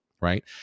right